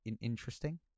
interesting